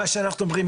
מה שאומרים